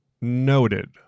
Noted